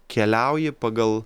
keliauji pagal